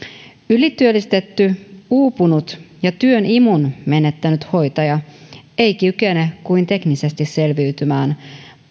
ylityöllistetty uupunut ja työn imun menettänyt hoitaja ei kykene kuin teknisesti selviytymään